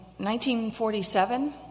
1947